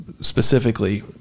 specifically